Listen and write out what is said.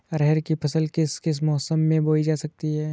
अरहर की फसल किस किस मौसम में बोई जा सकती है?